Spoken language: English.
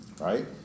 right